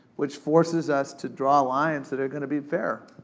which forces us to draw lines that are going to be fair.